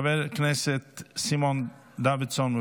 חבר הכנסת סימון דוידסון,